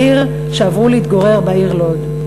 שעברו להתגורר בעיר לוד.